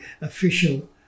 official